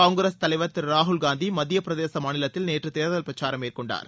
காங்கிரஸ் தலைவர் திரு ராகுல்காந்தி மத்தியப்பிரதேச மாநிலத்தில் நேற்று தேர்தல் பிரச்சாரம் மேற்கொண்டார்